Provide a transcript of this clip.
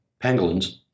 pangolins